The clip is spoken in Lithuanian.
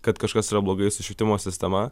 kad kažkas yra blogai su švietimo sistema